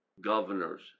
governors